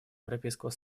европейского